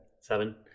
Seven